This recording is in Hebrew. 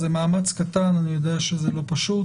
אז זה מאמץ קטן אני יודע שזה לא פשוט,